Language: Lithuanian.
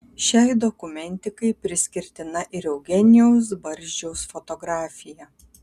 šiai dokumentikai priskirtina ir eugenijaus barzdžiaus fotografija